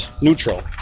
neutral